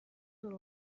دور